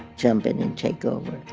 jump in and take over.